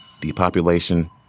depopulation